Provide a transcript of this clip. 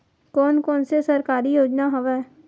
कोन कोन से सरकारी योजना हवय?